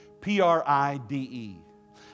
P-R-I-D-E